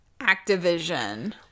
Activision